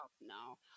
no